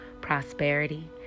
prosperity